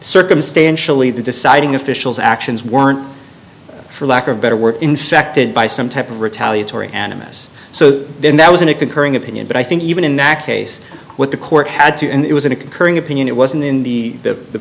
circumstantially the deciding officials actions weren't for lack of better were infected by some type of retaliatory animus so then that was in a concurring opinion but i think even in that case what the court had to and it was in a concurring opinion it wasn't in the the